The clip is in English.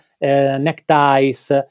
neckties